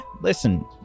Listen